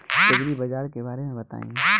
एग्रीबाजार के बारे में बताई?